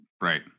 Right